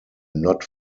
not